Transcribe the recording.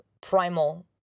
primal